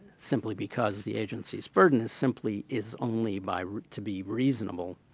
simply because the agency's burden is simply is only by to be reasonable.